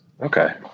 Okay